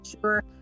sure